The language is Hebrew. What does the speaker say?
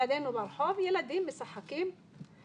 לידנו ברחוב, ילדים, משחקים,